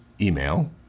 email